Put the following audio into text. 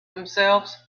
themselves